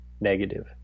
negative